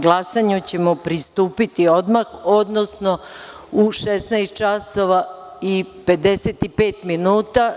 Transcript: Glasanju ćemo pristupiti odmah, odnosno u 16 časova i 55 minuta.